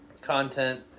content